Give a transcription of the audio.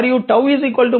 మరియు 𝜏 మనకు 0